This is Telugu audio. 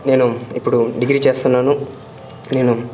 నేను ఇప్పుడు డిగ్రీ చేస్తున్నాను నేను